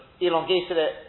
elongated